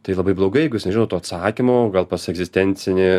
tai labai blogai jeigu jis nežinoto to atsakymo gal pas egzistencinį